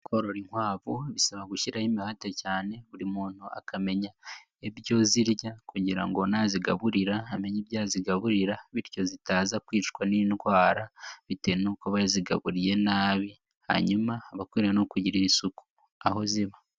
Korora inkwavu bisaba gushyiraho imihate cyane buri muntu akamenya ibyo zirya kugira ngo nazigaburira amenye ibya zigaburira bityo zitaza kwicwa n'indwara bitewe n'uko zigaburiye nabi hanyuma aba akwiriye no kugirira isuku aho ziba.